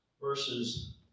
versus